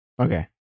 Okay